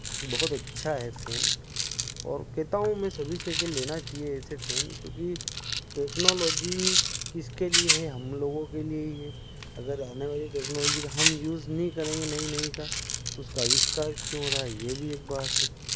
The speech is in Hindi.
बहुत अच्छा है फैन और कहता हूँ मै सभी से के लेना चाहिए ऐसे फेन क्योंकि टेक्नोलॉजी किसके लिए है हम लोगों के लिए ही है अगर आने वाली टेक्नोलॉजी का हम यूज़ नहीं करेंगे नई नई का तो उसका आविष्कार क्यों हो रहा है यह भी एक बात है